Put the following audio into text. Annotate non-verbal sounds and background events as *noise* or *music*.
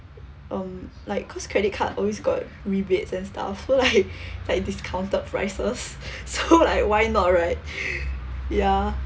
um like cause credit card always got rebates and stuff so like *laughs* like discounted prices *laughs* so like why not right *breath* ya